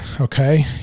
Okay